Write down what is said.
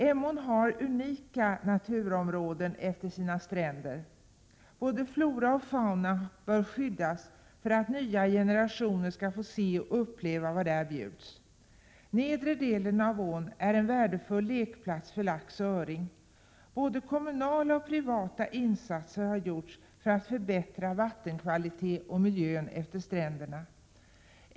Emån har unika naturområden utefter sina stränder. Både flora och fauna bör skyddas för att nya generationer skall få se och uppleva vad där bjuds. Nedre delen av ån är en värdefull lekplats för lax och öring. Både kommunala och privata insatser har gjorts för att förbättra vattenkvaliteten och miljön utefter stränderna.